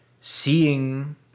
seeing